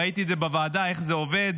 ראיתי בוועדה איך זה עובד,